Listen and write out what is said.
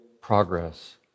progress